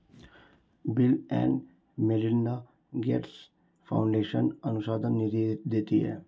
bill and Melinda Gates Foundation अनुसंधान निधि देती है